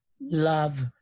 Love